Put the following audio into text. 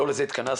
לא לזה התכנסנו,